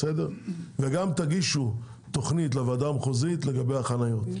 וגם תגישו לוועדה המחוזית תוכנית לגבי החניות.